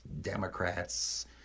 Democrats